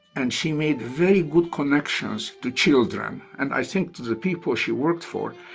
and she made very good connections to children and i think to the people she worked for,